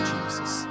Jesus